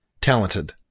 talented